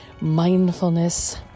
mindfulness